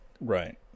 right